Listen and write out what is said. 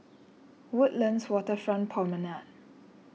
Woodlands Waterfront Promenade